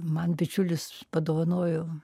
man bičiulis padovanojo